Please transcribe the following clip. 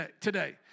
today